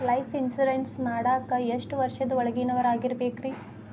Life insurance ಮಾಡಾಕ ಎಷ್ಟು ವರ್ಷದ ಒಳಗಿನವರಾಗಿರಬೇಕ್ರಿ?